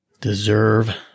deserve